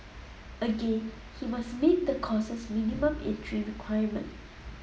again he must meet the course's minimum entry requirement